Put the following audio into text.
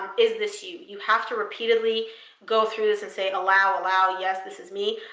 is this you? you have to repeatedly go through this and say, allow, allow. yes, this is me,